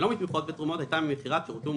שלא מתמיכות ותרומות הייתה ממכירת שירותים או